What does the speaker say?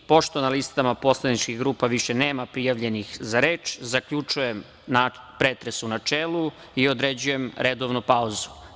Pošto na listama poslaničkih grupa više nema prijavljenih za reč, zaključujem pretres u načelu i određujem redovnu pauzu.